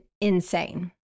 insane